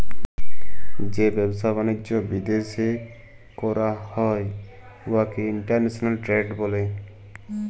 যে ব্যবসা বালিজ্য বিদ্যাশে ক্যরা হ্যয় উয়াকে ইলটারল্যাশলাল টেরেড ব্যলে